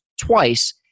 twice